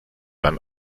beim